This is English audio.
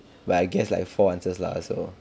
but I guess like four answers lah so